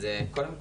אז קודם כל,